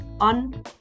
on